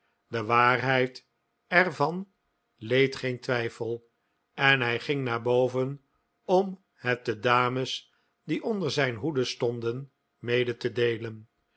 de waarheid er van leed geen twijfel en hij ging naar boven om het de dames die onder zijn hoede stonden mede te deelen